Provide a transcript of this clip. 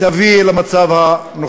יביא למצב הנוכחי.